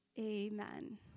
amen